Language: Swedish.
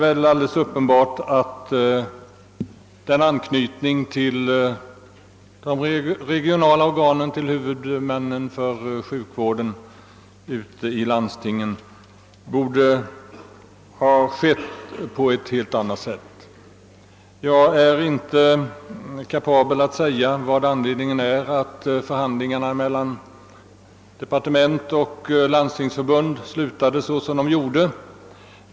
Det är alldeles uppenbart att anknytningen till de regionala sjukvårdsorganen, för vilka landstingen är huvudmän, borde ha skett på ett helt annat sätt. Jag är inte kapabel att säga varför förhandlingarna mellan departementet och Landstingsförbundet slutade som de gjorde.